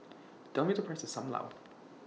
Tell Me The Price of SAM Lau